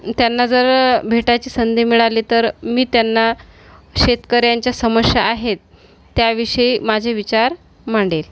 त्यांना जर भेटायची संधी मिळाली तर मी त्यांना शेतकऱ्यांच्या समस्या आहेत त्या विषयी माझे विचार मांडेल